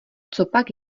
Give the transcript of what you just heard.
copak